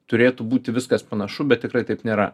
turėtų būti viskas panašu bet tikrai taip nėra